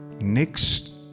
next